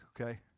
okay